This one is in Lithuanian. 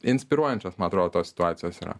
inspiruojančios man atrodo tos situacijos yra